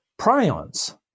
prions